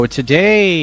today